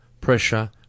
pressure